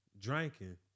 drinking